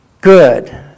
good